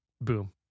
Boom